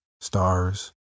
stars